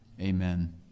Amen